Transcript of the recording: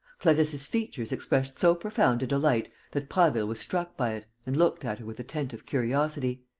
clarisse's features expressed so profound a delight that prasville was struck by it and looked at her with attentive curiosity.